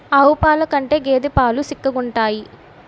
ఆవు పాలు కంటే గేద పాలు సిక్కగుంతాయి